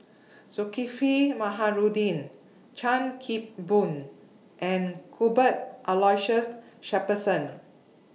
Zulkifli Baharudin Chan Kim Boon and Cuthbert Aloysius Shepherdson